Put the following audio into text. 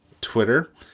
Twitter